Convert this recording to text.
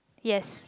yes